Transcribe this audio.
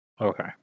Okay